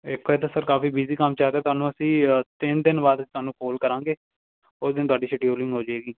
ਵੇਖੋ ਇਹ ਤਾਂ ਸਰ ਕਾਫੀ ਬਿਜੀ ਕੰਮ ਚੱਲ ਰਿਹਾ ਤੁਹਾਨੂੰ ਅਸੀਂ ਤਿੰਨ ਦਿਨ ਬਾਅਦ ਤੁਹਾਨੂੰ ਕੋਲ ਕਰਾਂਗੇ ਉਸ ਦਿਨ ਤੁਹਾਡੀ ਸ਼ਡਿਊਲਿੰਗ ਹੋ ਜਾਏਗੀ